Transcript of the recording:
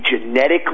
genetically